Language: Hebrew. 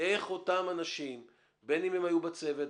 איך אותם אנשים בין אם הם היו בצוות,